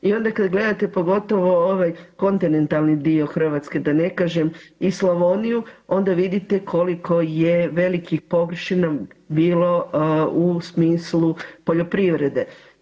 I onda kad gledate pogotovo ovaj kontinentalni dio Hrvatske da ne kažem i Slavoniju, onda vidite koliko je velikih površina bilo u smislu poljoprivrede.